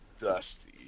Dusty